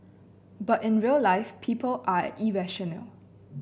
but in real life people are irrational